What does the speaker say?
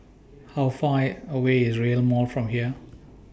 How Far away IS Rail Mall from here